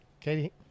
katie